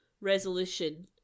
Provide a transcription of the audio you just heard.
resolution